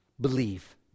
believe